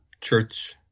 church